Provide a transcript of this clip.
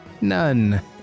none